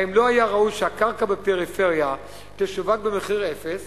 האם לא היה ראוי שהקרקע בפריפריה תשווק במחיר אפס